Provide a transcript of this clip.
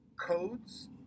codes